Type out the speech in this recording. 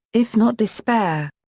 if not despair.